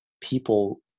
people